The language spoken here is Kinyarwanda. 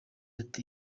ati